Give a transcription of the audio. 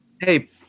Hey